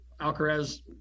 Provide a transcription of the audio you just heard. Alcaraz